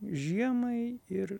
žiemai ir